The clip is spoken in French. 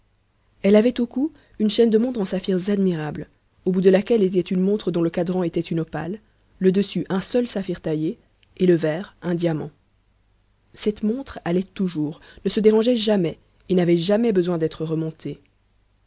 elle avait au cou une chaîne de montre en saphirs admirables au bout de laquelle était une montre dont le cadran était une opale le dessus un seul saphir taillé et le verre un diamant cette montre allait toujours ne se dérangeait jamais et n'avait jamais besoin d'être remontée